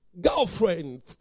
girlfriend